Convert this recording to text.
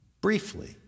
briefly